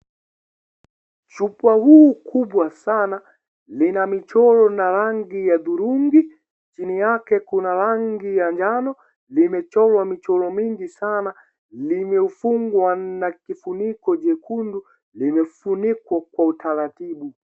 Chupa huu kubwa sana lina michoro na rangi ya dhurungi, chini yake kuna rangi ya njano, linamechorwa michoro mingi sana limeufungwa na kifuniko jekundu, limefunikwa kwa utaratibu.